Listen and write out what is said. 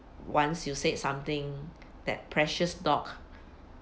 once you said something that precious dog